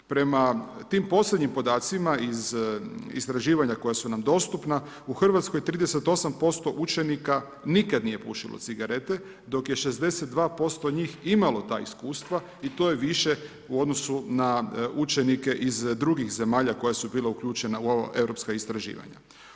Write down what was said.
Prema tim posljednjim podacima iz istraživanja koja su nam dostupna u RH 38% učenika nikad nije pušilo cigarete, dok je 62% njih imalo ta iskustva i to je više u odnosu na učenike iz drugih zemalja koje su bile uključene u ova europska istraživanja.